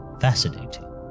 Fascinating